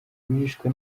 bishwe